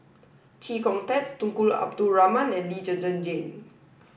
Chee Kong Tet Tunku Abdul Rahman and Lee Zhen Zhen Jane